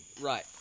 Right